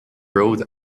road